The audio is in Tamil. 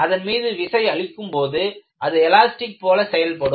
அதன் மீது விசை அளிக்கும் போது அது எலாஸ்டிக் போல செயல்படும்